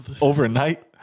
Overnight